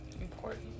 important